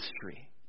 history